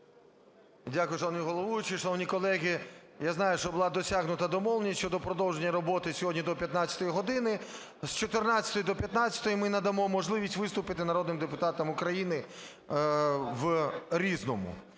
Дякую, шановний головуючий. Шановні колеги, я знаю, що була досягнута домовленість щодо продовження роботи сьогодні до 15 години. З 14-ї до 15-ї ми надамо можливість виступити народним депутатам України в "Різному".